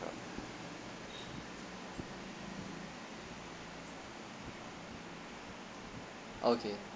okay